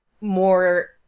more